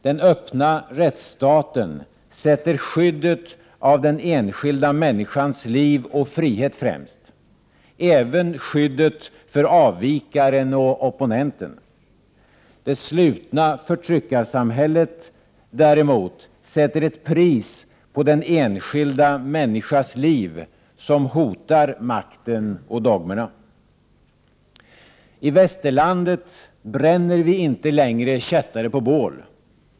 Den öppna rättsstaten sätter skyddet av den enskilda människans liv och frihet främst — även skyddet för avvikaren och opponenten. Det slutna förtryckarsamhället däremot sätter ett pris på den enskilda människans liv som hotar makten och dogmerna. I västerlandet bränner vi inte längre kättare på bål.